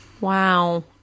Wow